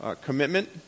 commitment